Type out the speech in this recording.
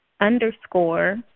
underscore